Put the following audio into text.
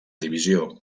divisió